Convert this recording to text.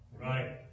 Right